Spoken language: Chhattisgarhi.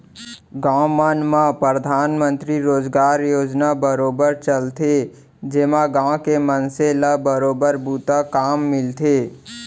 गाँव मन म परधानमंतरी रोजगार योजना बरोबर चलथे जेमा गाँव के मनसे ल बरोबर बूता काम मिलथे